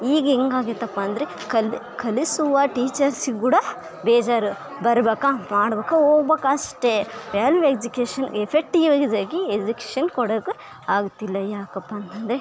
ಈಗ ಹೆಂಗೆ ಆಗುತಪ್ಪ ಅಂದರೆ ಕಲ್ ಕಲಿಸುವ ಟೀಚರ್ಸ್ಗೆ ಕೂಡ ಬೇಜಾರು ಬರ್ಬೇಕಾ ಮಾಡ್ಬೇಕು ಹೋಗ್ಬೇಕು ಅಷ್ಟೇ ವೆಲ್ ಎಜುಕೇಶನ್ ಎಫೆಕ್ಟಿವ್ ಇಸಿಯಾಗಿ ಕೊಡಕೆ ಆಗ್ತಿಲ್ಲ ಯಾಕಪ್ಪಾ ಅಂತಂದರೆ